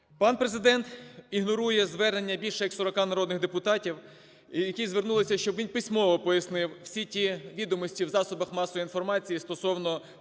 Пан Президент ігнорує звернення більше як сорока народних депутатів, які звернулися, щоб він письмово пояснив всі ті відомості в засобах масової інформації стосовно